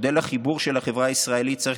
מודל החיבור של החברה הישראלית צריך